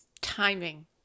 Timing